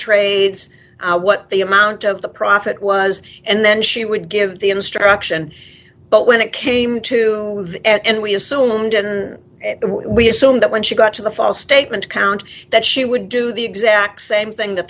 trades what the amount of the profit was and then she would give the instruction but when it came to it and we assume didn't we assume that when she got to the false statement count that she would do the exact same thing that